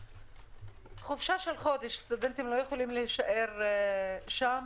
בחופשה של חודש הסטודנטים לא יכלו להישאר שם,